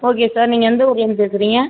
okay sir நீங்கள் எந்த ஊர்லேர்ந்து பேசுகிறீங்க